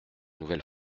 nouvelle